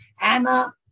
Anna